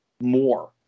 More